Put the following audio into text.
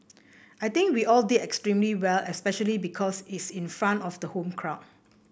I think we all did extremely well especially because it's in front of the home crowd